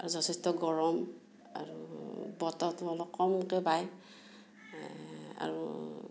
আৰু যথেষ্ট গৰম আৰু বতাহটো অলপ কমকৈ পায় আৰু